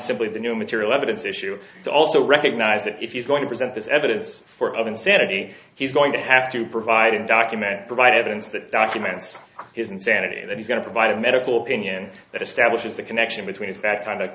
simply the new material evidence issue to also recognize that if he's going to present this evidence for of insanity he's going to have to provide a document provide evidence that documents his insanity that he's going to provide a medical opinion that establishes that connection between his